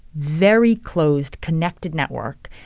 very closed, connected network,